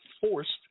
forced